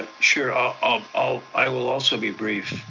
sure, ah um um i will also be brief.